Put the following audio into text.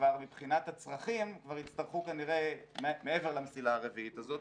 כבר מבחינת הצרכים יצטרכו כנראה מעבר למסילה הרביעית הזאת.